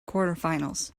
quarterfinals